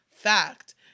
fact